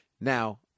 Now